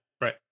Right